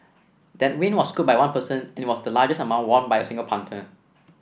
that win was scooped by one person and it was the largest amount won by a single punter